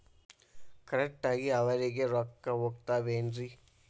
Correct ಆಗಿ ಅವರಿಗೆ ರೊಕ್ಕ ಹೋಗ್ತಾವೇನ್ರಿ?